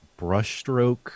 brushstroke